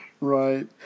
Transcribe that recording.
Right